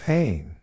Pain